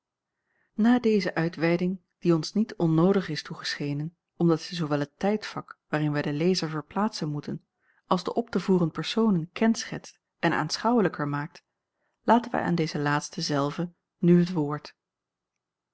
na deze uitweiding die ons niet onnoodig is toegeschenen omdat zij zoowel het tijdvak waarin wij den lezer verplaatsen moeten als de op te voeren personen kenschetst en aanschouwelijker maakt laten wij aan deze laatsten zelve nu het woord